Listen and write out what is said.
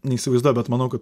neįsivaizduoju bet manau kad